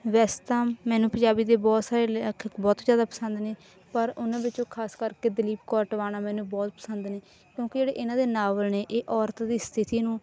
ਵੈਸੇ ਤਾਂ ਮੈਨੂੰ ਪੰਜਾਬੀ ਦੇ ਬਹੁਤ ਸਾਰੇ ਲੇਖਕ ਬਹੁਤ ਜ਼ਿਆਦਾ ਪਸੰਦ ਨੇ ਪਰ ਉਹਨਾਂ ਵਿੱਚੋਂ ਖ਼ਾਸ ਕਰਕੇ ਦਲੀਪ ਕੌਰ ਟਿਵਾਣਾ ਮੈਨੂੰ ਬਹੁਤ ਪਸੰਦ ਨੇ ਕਿਉਂਕਿ ਜਿਹੜੇ ਇਹਨਾਂ ਦੇ ਨਾਵਲ ਨੇ ਇਹ ਔਰਤ ਦੀ ਸਥਿੱਤੀ ਨੂੰ